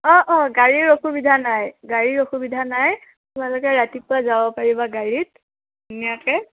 অঁ অঁ গাড়ীৰ অসুবিধা নাই গাড়ীৰ অসুবিধা নাই তোমালোকে ৰাতিপুৱা যাব পাৰিবা গাড়ীত ধুনীয়াকে